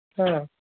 ꯍꯥ